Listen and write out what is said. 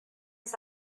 his